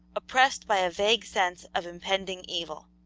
oppressed by a vague sense of impending evil.